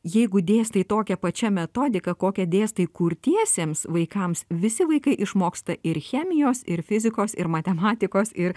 jeigu dėstai tokia pačia metodika kokia dėstai kurtiesiems vaikams visi vaikai išmoksta ir chemijos ir fizikos ir matematikos ir